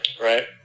Right